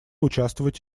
участвовать